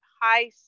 high